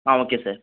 ah okay sir